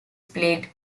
plagued